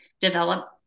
develop